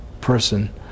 person